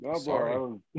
sorry